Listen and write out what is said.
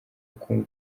ukumva